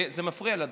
זה מפריע לי שם,